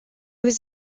was